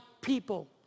people